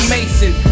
Mason